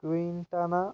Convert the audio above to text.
Quintana